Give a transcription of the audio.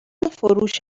فروش